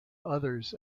others